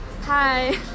Hi